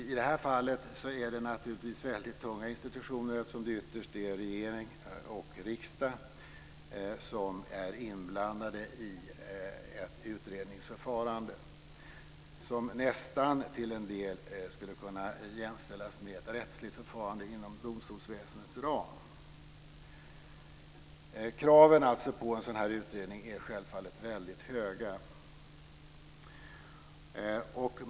I det här fallet är det naturligtvis väldigt tunga institutioner, eftersom det ytterst är regering och riksdag som är inblandade i ett utredningsförfarande som nästan till en del skulle kunna jämställas med ett rättsligt förfarande inom domstolsväsendets ram. Kraven på en sådan här utredning måste självfallet vara höga.